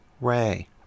Ray